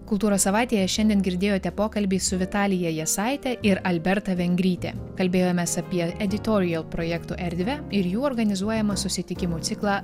kultūros savaitėje šiandien girdėjote pokalbį su vitalija jasaite ir alberta vengryte kalbėjomės apie editorial projektų erdvę ir jų organizuojamą susitikimų ciklą